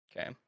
Okay